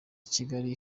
kigali